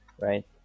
right